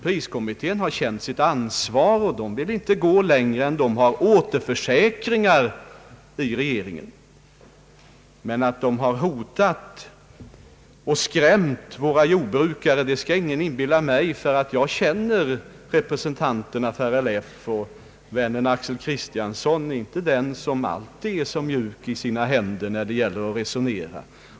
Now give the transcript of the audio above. Priskommittén har känt sitt ansvar och ville inte gå längre än att den hade återförsäkringar i regeringen. Att den skulle ha hotat och skrämt våra jordbrukare skall ingen inbilla mig. Jag känner representanterna för RLF, och vännen Axel Kristiansson är inte den som alltid är så mjuk i sina händer när det gäller att resonera.